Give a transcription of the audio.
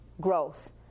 growth